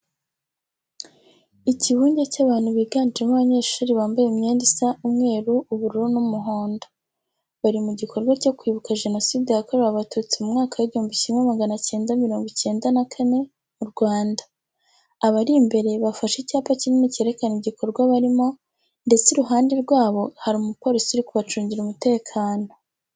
Ikivunge cy'abantu biganjemo abanyeshuri bambaye imyenda isa umweru, ubururu n'umuhondo. Bari mu kikorwa cyo kwibuka Jenoside yakorewe Abatutsi mu mwaka w'igihumbi kimwe magana cyenda mirongo icyenda na kane mu Rwanda. Abari imbere bafashe icyapa kinini cyerekana igikorwa barimo ndetse iruhande rwabo hari umupolisi uri kubacungira umutekano.